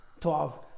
Twelve